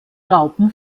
raupen